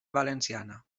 valenciana